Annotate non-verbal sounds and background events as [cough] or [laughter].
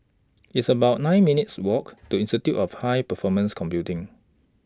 It's about nine minutes' Walk [noise] to Institute of High Performance Computing